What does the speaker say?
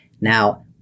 Now